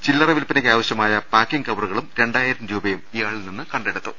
ചില്ലറ വില്പനക്കാവശൃമായ പാക്കിംഗ് കവറുകളും രണ്ടായിരം രൂപയും ഇയാളിൽ നിന്ന് കണ്ടെടുത്തു